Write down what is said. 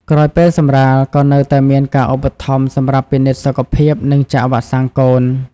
ក្រោយពេលសម្រាល ក៏នៅតែមានការឧបត្ថម្ភសម្រាប់ពិនិត្យសុខភាពនិងចាក់វ៉ាក់សាំងកូន។